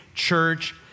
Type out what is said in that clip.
church